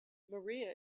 maria